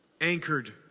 anchored